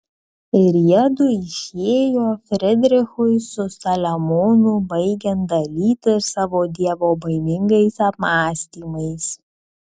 ir jiedu išėjo frydrichui su saliamonu baigiant dalytis savo dievobaimingais apmąstymais